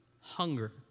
hunger